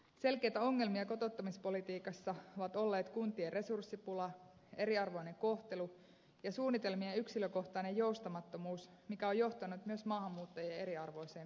selkeitä ongelmia kotouttamispolitiikassa ovat olleet kuntien resurssipula eriarvoinen kohtelu ja suunnitelmien yksilökohtainen joustamattomuus mikä on johtanut myös maahanmuuttajien eriarvoiseen kohteluun